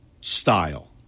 style